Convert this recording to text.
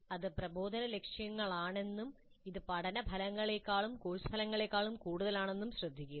ഇത് പ്രബോധന ലക്ഷ്യങ്ങളാണെന്നും ഇത് പഠന ഫലങ്ങളേക്കാളും കോഴ്സ് ഫലങ്ങളേക്കാളും കൂടുതലാണെന്നും ശ്രദ്ധിക്കുക